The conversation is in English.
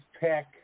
pick